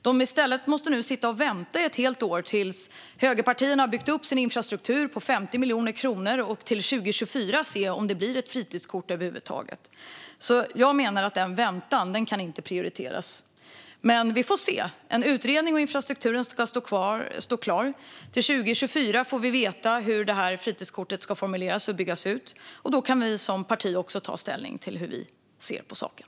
I stället får de nu sitta och vänta ett helt år tills högerpartierna har byggt upp sin infrastruktur med 50 miljoner kronor och sedan se om det blir något fritidskort över huvud taget till 2024. Jag menar att denna väntan inte kan prioriteras. Men vi får se. En utredning om infrastrukturen ska stå klar till 2024. Då får vi veta hur fritidskortet ska utformas och byggas ut, och då kan vi som parti ta ställning till hur vi ser på saken.